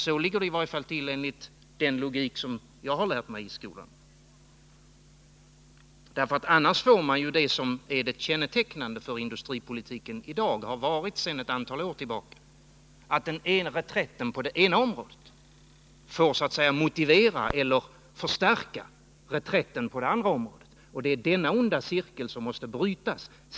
Så ligger det i varje fall till enligt den logik som jag har lärt mig i skolan. Annars får man till resultat det som är kännetecknande för industripolitiken i dag och har varit kännetecknande för industripolitiken sedan ett antal år tillbaka: reträtten på det ena området får så att säga motivera eller förstärka reträtten på det andra området. Det är denna onda cirkel som måste brytas.